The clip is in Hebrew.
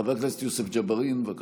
חבר הכנסת יוסף ג'בארין, בבקשה.